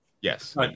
Yes